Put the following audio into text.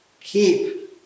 keep